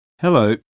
Hello